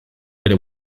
bere